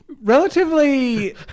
relatively